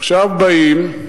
עכשיו באים.